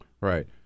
Right